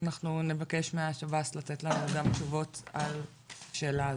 אנחנו נבקש מהשב"ס לתת לנו גם תשובות על השאלה הזו.